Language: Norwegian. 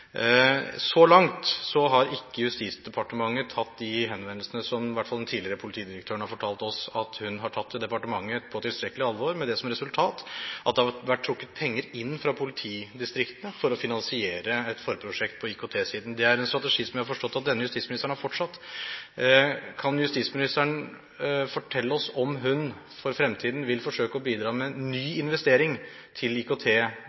Så langt har ikke Justisdepartementet tatt de henvendelsene som i hvert fall den tidligere politidirektøren har fortalt oss at hun har tatt til departementet, på tilstrekkelig alvor, med det som resultat at det har vært trukket penger inn fra politidistriktene for å finansiere et forprosjekt på IKT-siden. Det er en strategi som jeg har forstått at denne justisministeren har fortsatt. Kan justisministeren fortelle oss om hun for fremtiden vil forsøke å bidra med ny investering til